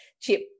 chip